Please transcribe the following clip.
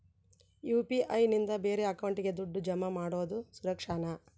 UPI ನಿಂದ ಬೇರೆ ಅಕೌಂಟಿಗೆ ದುಡ್ಡು ಜಮಾ ಮಾಡೋದು ಸುರಕ್ಷಾನಾ?